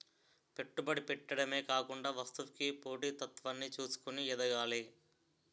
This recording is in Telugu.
పెట్టుబడి పెట్టడమే కాకుండా వస్తువుకి పోటీ తత్వాన్ని చూసుకొని ఎదగాలి